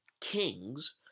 kings